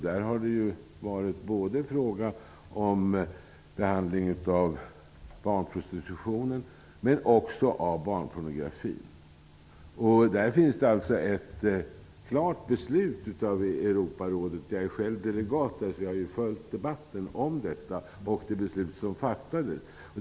Där har det varit fråga om behandling av både barnprostitution och barnpornografi. Det finns ett klart beslut av Europarådet. Jag är själv delegat och har följt debatten och det beslut som fattades.